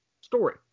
Story